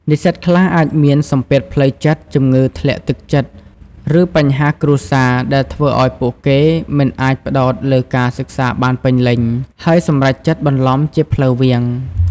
និស្សិតខ្លះអាចមានសម្ពាធផ្លូវចិត្ត ជំងឺធ្លាក់ទឹកចិត្ត ឬបញ្ហាគ្រួសារ ដែលធ្វើឱ្យពួកគេមិនអាចផ្ដោតលើការសិក្សាបានពេញលេញ ហើយសម្រេចចិត្តបន្លំជាផ្លូវវាង។